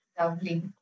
Lovely